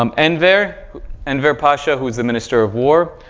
um enver enver pasha who is the minister of war,